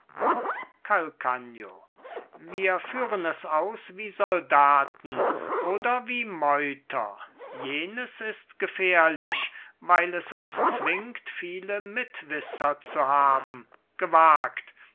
calcagno wir führen es aus wie soldaten oder wie meuter jenes ist gefährlich weil es uns zwingt viele mitwisser zu haben gewagt